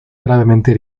gravemente